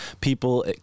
people